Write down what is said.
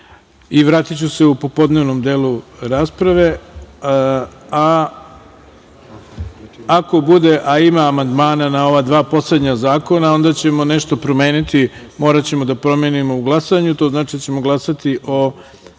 Vratiću se u popodnevnom delu rasprave. Ako bude, a ima amandmana na ova dva poslednja zakona, onda ćemo nešto promeniti, moraćemo da promenimo u glasanju, to znači da ćemo glasati o